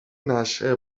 نشئه